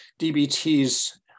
DBT's